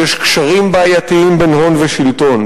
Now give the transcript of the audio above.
יש קשרים בעייתיים בין הון ושלטון.